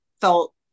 felt